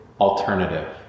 alternative